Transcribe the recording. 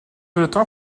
après